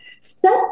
step